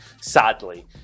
sadly